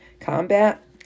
combat